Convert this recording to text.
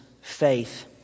faith